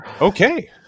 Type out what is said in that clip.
okay